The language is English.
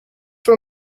for